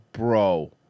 Bro